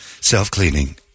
Self-cleaning